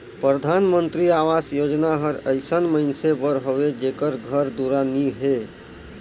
परधानमंतरी अवास योजना हर अइसन मइनसे बर हवे जेकर घर दुरा नी हे